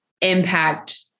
impact